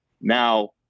Now